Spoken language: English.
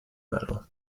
medal